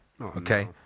Okay